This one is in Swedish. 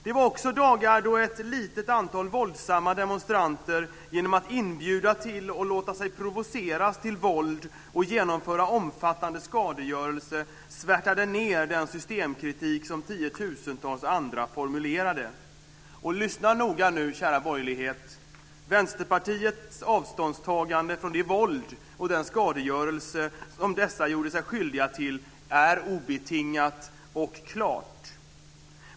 Det var också dagar då ett litet antal våldsamma demonstranter genom att inbjuda till och låta sig provoceras till våld och genomföra omfattande skadegörelse svärtade ned den systemkritik som tiotusentals andra formulerade. Och lyssna noga nu, kära borgerlighet: Vänsterpartiets avståndstagande från det våld och den skadegörelse som dessa gjorde sig skyldiga till är obetingat och klart.